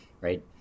right